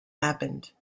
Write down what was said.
happened